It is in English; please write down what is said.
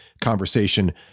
conversation